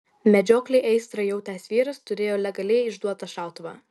medžioklei aistrą jautęs vyras turėjo legaliai išduotą šautuvą